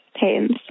pains